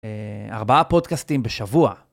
ארבעה פודקאסטים בשבוע.